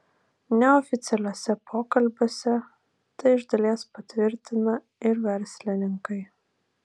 neoficialiuose pokalbiuose tai iš dalies patvirtina ir verslininkai